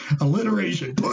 Alliteration